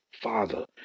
father